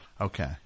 Okay